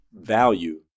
value